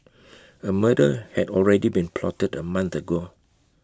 A murder had already been plotted A month ago